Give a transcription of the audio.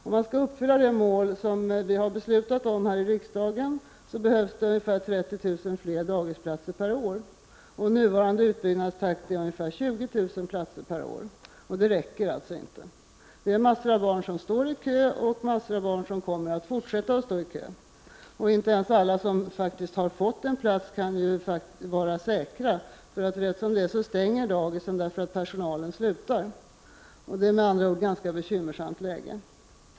Om man skall uppfylla det mål som vi här i riksdagen har beslutat om behövs det ungefär 30 000 fler dagisplatser per år. Nuvarande utbyggnadstakt är ca 20 000 platser per år, vilket alltså inte räcker. Väldigt många barn står i kö, och väldigt många barn kommer att fortsätta att stå i kö. Inte ens alla som har fått en plats på dagis kan vara säkra på att få behålla den, eftersom ett dagis plötsligt kan stängas på grund av att personalen slutar. Läget är således ganska bekymmersamt.